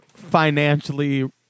financially